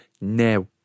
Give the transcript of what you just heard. Now